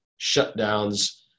shutdowns